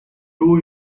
two